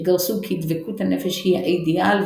שגרסו כי דבקות הנפש היא האידיאל,